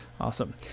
awesome